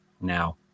now